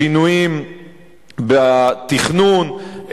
שינויים בתכנון,